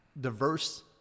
diverse